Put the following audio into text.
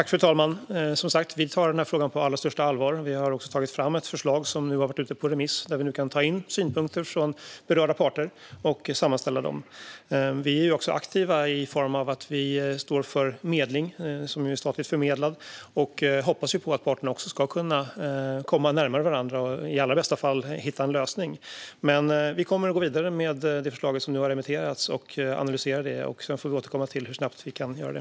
Fru talman! Vi tar frågan på allra största allvar. Vi har tagit fram ett förslag som har varit ute på remiss. Vi kan nu ta in synpunkter från berörda parter och sammanställa dem. Vi är också aktiva i form av att vi står för medling som är statligt förmedlad. Vi hoppas på att parterna ska kunna komma närmare varandra och i bästa fall hitta en lösning. Vi kommer att gå vidare med det förslag som nu har remitterats och analysera det. Sedan får vi återkomma till hur snabbt vi kan göra det.